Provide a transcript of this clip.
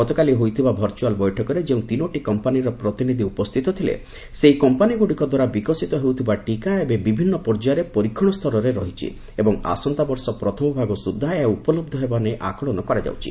ଗତକାଲି ହୋଇଥିବା ଭର୍ଚୁଆଲ୍ ବୈଠକରେ ଯେଉଁ ତିନୋଟି କମ୍ପାନୀର ପ୍ରତିନିଧି ଉପସ୍ଥିତ ଥିଲେ ସେହି କମ୍ପାନୀଗୁଡ଼ିକ ଦ୍ୱାରା ବିକଶିତ ହେଉଥିବା ଟୀକା ଏବେ ବିଭିନ୍ନ ପର୍ଯ୍ୟାୟରେ ପରୀକ୍ଷଣ ସ୍ତରରେ ରହିଛି ଏବଂ ଆସନ୍ତାବର୍ଷ ପ୍ରଥମ ଭାଗ ସୁଦ୍ଧା ଏହା ଉପଲହ୍ଧ ହେବା ନେଇ ଆକଳନ କରାଯାଉଛି